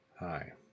Hi